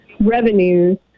revenues